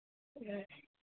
हाँ